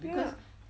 ya